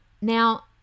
Now